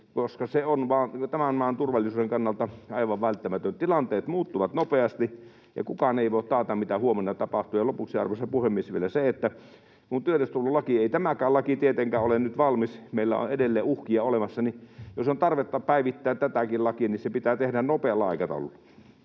koska se vain on tämän maan turvallisuuden kannalta aivan välttämätön. Tilanteet muuttuvat nopeasti, ja kukaan ei voi taata, mitä huomenna tapahtuu. Lopuksi, arvoisa puhemies, vielä se, että kun tiedustelulaki, tämäkään laki, ei tietenkään ole nyt valmis, meillä on edelleen uhkia olemassa, niin jos on tarvetta päivittää tätäkin lakia, niin se pitää tehdä nopealla aikataululla.